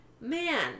Man